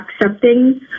accepting